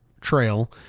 Trail